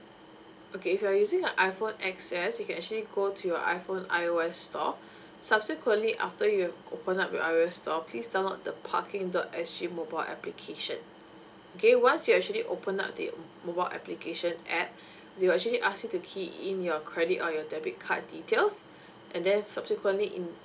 okay if you're using a iphone X S you can actually go to your iphone I_O_S store subsequently after you have opened up your I_O_S store please download the parking dot S G mobile application okay once you actually open up the mobile application app they'll actually ask you to key in your credit or your debit card details and then subsequently in